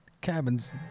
Cabin's